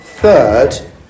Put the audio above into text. third